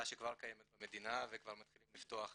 שכבר קיימת במדינה וכבר מתחילים לפתוח